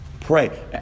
pray